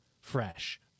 fresh